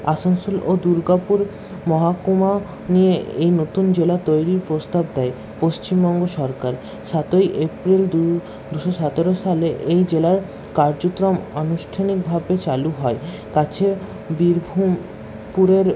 আসানসোল ও দুর্গাপুর মহকুমা নিয়ে এই নতুন জেলা তৈরির প্রস্তাব দেয় পশ্চিমবঙ্গ সরকার সাতই এপ্রিল দু দুশো সতেরো সালে এই জেলার কার্যক্রম আনুষ্ঠানিকভাবে চালু হয় কাছের বীরভূমপুরের